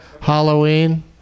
Halloween